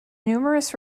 numerous